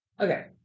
Okay